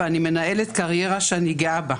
ואני מנהלת קריירה שאני גאה בה.